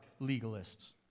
legalists